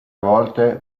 volte